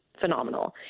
phenomenal